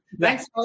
thanks